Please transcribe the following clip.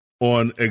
On